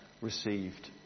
received